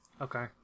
okay